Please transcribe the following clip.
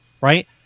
Right